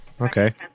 Okay